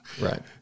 Right